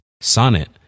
Sonnet